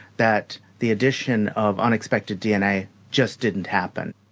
that the addition of unexpected dna just didn't happen.